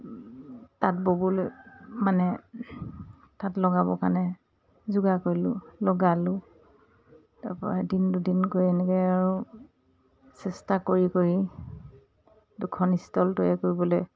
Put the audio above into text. তাঁত ববলৈ মানে তাঁত লগাবৰ কাৰণে যোগাৰ কৰিলোঁ লগালোঁ তাৰপৰা এদিন দুদিনকৈ এনেকে আৰু চেষ্টা কৰি কৰি দুখন ষ্টল তৈয়াৰ কৰিবলে